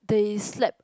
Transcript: they slept